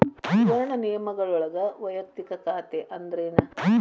ಸುವರ್ಣ ನಿಯಮಗಳೊಳಗ ವಯಕ್ತಿಕ ಖಾತೆ ಅಂದ್ರೇನ